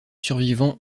survivants